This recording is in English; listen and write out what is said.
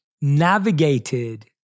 navigated